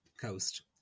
coast